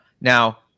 Now